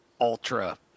ultra